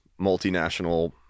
multinational